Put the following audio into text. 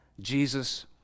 Jesus